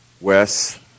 Wes